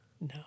No